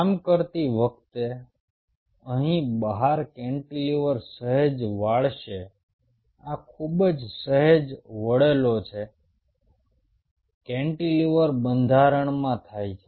આમ કરતી વખતે અહીં બહાર કેન્ટિલીવર સહેજ વાળશે આ ખૂબ જ સહેજ વળેલો જે કેન્ટિલીવર બંધારણમાં થાય છે